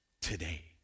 today